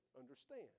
understand